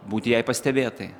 būti jai pastebėtai